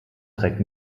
trägt